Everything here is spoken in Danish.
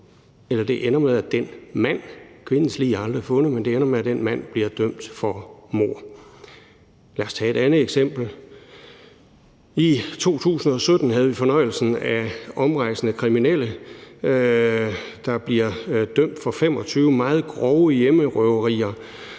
bliver dømt for mord, selv om kvindens lig aldrig er fundet. Lad os tage et andet eksempel: I 2017 havde vi fornøjelsen af omrejsende kriminelle, der bliver dømt for 25 meget grove hjemmerøverier